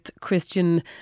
Christian